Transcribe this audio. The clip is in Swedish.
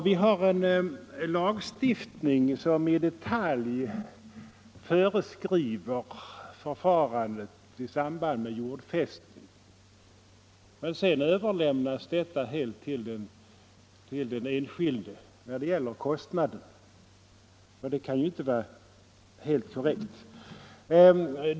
Vi har en lagstiftning som i detalj föreskriver förfarandet i samband med jordfästning, men kostnaderna överlåtes helt på den enskilde. Detta kan inte vara tillfredsställande.